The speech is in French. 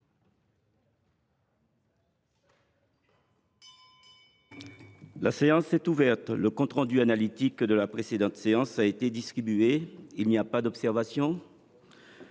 La séance est ouverte. Le compte rendu analytique de la précédente séance a été distribué. Il n’y a pas d’observation ?…